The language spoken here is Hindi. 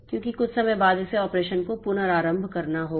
क्योंकि कुछ समय बाद इसे ऑपरेशन को पुनरारंभ करना होगा